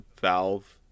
Valve